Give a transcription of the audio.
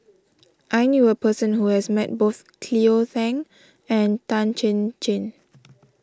I knew a person who has met both Cleo Thang and Tan Chin Chin